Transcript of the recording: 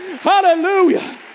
Hallelujah